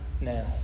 now